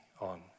on